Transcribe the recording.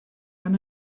one